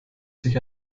sich